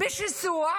בשיסוע.